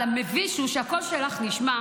ואני אסביר לך גם למה.